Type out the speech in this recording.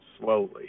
slowly